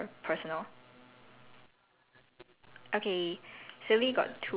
okay you want err stories creative thought provoking silly or personal